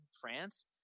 france